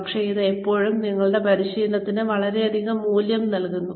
പക്ഷേ അത് എപ്പോഴും നിങ്ങളുടെ പരിശീലനത്തിന് വളരെയധികം മൂല്യം നൽകുന്നു